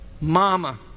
Mama